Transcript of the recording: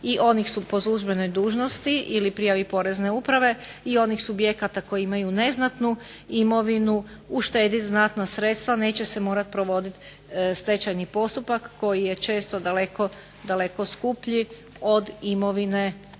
i onih po službenoj dužnosti ili prijavi porezne uprave, i onih subjekata koji imaju neznatnu imovinu uštedit znatna sredstva, neće se morati provoditi stečajni postupak koji je često daleko skuplji od imovine,